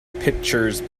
pictures